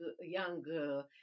young